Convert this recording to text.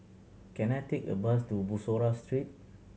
can I take a bus to Bussorah Street